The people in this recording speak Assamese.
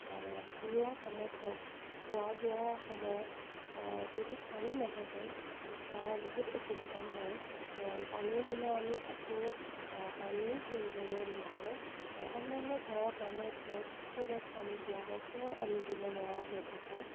ঘৰুৱা কামত হওঁক খোৱা বোৱা সময়ত যদি পানী নাথাকে তেতিয়া বহুত অসুবিধা হয় কাৰণ পানীৰ বিনা আমি একো কামেই কৰিবলৈ নোৱাৰোঁ আৰু অন্যান্য ঘৰৰ কামত হওঁক ফুলত পানী দিয়া হওঁক সেয়াও আমি দিব নোৱাৰা হৈ থাকোঁ